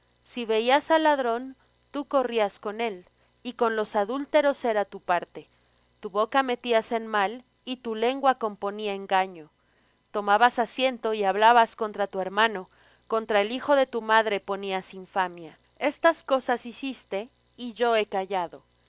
si veías al ladrón tú corrías con él y con los adúlteros era tu parte tu boca metías en mal y tu lengua componía engaño tomabas asiento y hablabas contra tu hermano contra el hijo de tu madre ponías infamia estas cosas hiciste y yo he callado